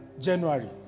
January